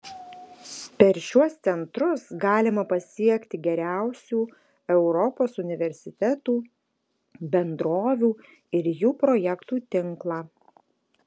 per šiuos centrus galima pasiekti geriausių europos universitetų bendrovių ir jų projektų tinklą